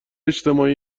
اجتماعی